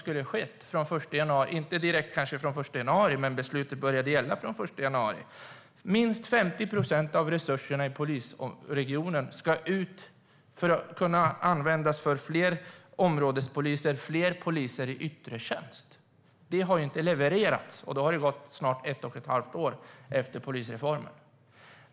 Beslutet började gälla den 1 januari och innebär att minst 50 procent av resurserna i polisregionen ska ut för att kunna användas för fler områdespoliser och fler poliser i yttre tjänst. Detta har inte levererats, och då har det gått snart ett och ett halvt år sedan polisreformen.